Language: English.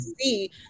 see